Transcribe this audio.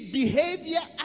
behavior